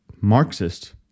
Marxist